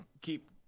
keep